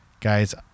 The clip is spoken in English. Guys